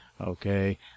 okay